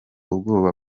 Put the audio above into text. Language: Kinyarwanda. ubwoba